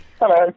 Hello